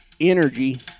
energy